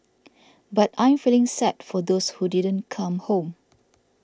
but I am feeling sad for those who didn't come home